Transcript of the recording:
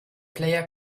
player